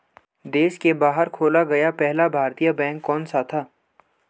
देश के बाहर खोला गया पहला भारतीय बैंक कौन सा था?